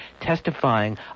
testifying